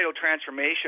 transformation